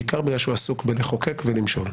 בעיקר בגלל שהוא עסוק בלחוקק ולמשול.